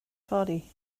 fory